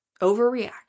Overreact